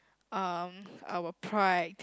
um our pride